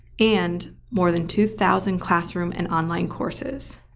and more than two thousand classroom and online courses.